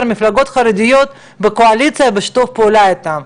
המפלגות החרדיות נמצאות בקואליציה ובשיתוף פעולה איתם.